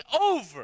over